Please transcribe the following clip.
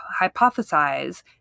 hypothesize